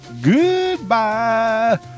goodbye